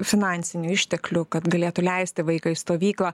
finansinių išteklių kad galėtų leisti vaiką į stovyklą